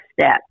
step